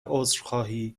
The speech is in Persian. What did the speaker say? عذرخواهی